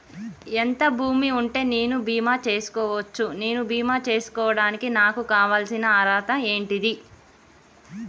ఎంత భూమి ఉంటే నేను బీమా చేసుకోవచ్చు? నేను బీమా చేసుకోవడానికి నాకు కావాల్సిన అర్హత ఏంటిది?